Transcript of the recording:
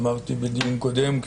אמרתי בדיון קודם,